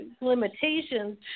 limitations